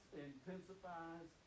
intensifies